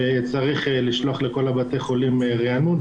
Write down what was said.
צריך לשלוח לכל בתי החולים ריענון,